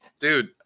Dude